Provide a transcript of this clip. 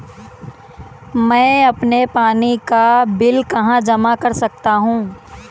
मैं अपने पानी का बिल कहाँ जमा कर सकता हूँ?